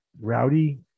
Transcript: rowdy